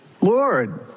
Lord